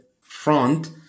front